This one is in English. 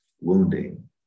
wounding